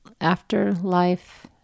afterlife